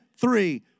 three